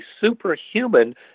superhuman